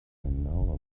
know